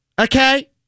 Okay